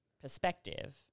perspective